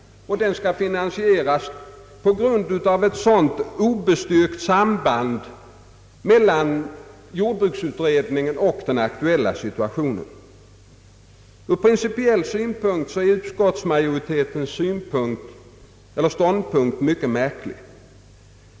Motiveringen härför är ett obestyrkt samband mellan jordbruksutredningen och den aktuella situationen. Ur principiell synpunkt är utskottsmajoritetens ståndpunkt mycket märklig.